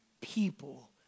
people